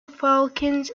falcons